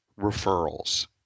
referrals